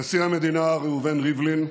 נשיא המדינה ראובן ריבלין,